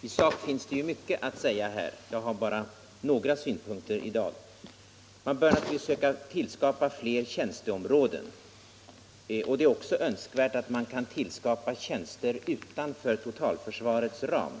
I sak finns det mycket att säga här. Jag begränsar mig till några synpunkter i dag. Man bör naturligtvis söka tillskapa fler tjänsteområden. Det är också önskvärt att man kan tillskapa tjänster utanför totalförsvarets ram.